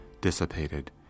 dissipated